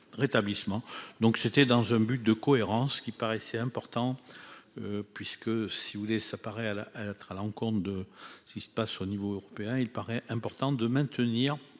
donc c'était dans un but de cohérence qui paraissait important puisque si vous voulez, ça paraît à la lettre à la rencontre de ce qui se passe au niveau européen, il paraît important de maintenir